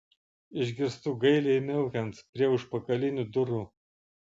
išgirstu gailiai miaukiant prie užpakalinių durų